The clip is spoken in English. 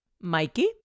Mikey